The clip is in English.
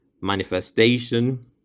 manifestation